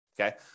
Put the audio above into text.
okay